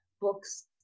books